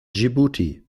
dschibuti